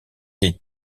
des